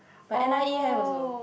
but n_i_e have also